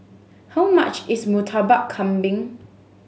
how much is Murtabak Kambing